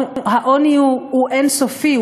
העוני הוא אין-סופי,